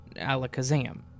Alakazam